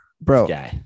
bro